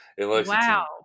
Wow